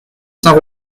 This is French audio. saint